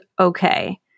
okay